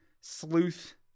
Sleuth